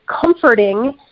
comforting